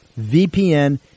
VPN